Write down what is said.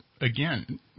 again